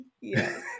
yes